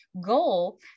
goal